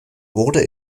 wurde